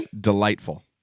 delightful